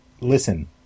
listen